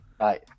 Right